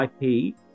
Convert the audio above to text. IP